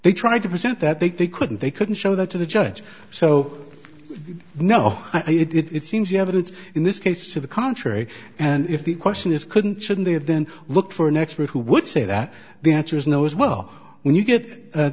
they tried to present that they couldn't they couldn't show that to the judge so no i did it it seems the evidence in this case to the contrary and if the question is couldn't shouldn't there then look for an expert who would say that the answer is no as well when you get